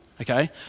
okay